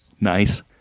nice